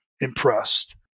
impressed